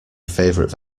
favourite